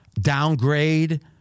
downgrade –